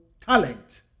talent